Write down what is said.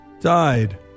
died